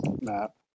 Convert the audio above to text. map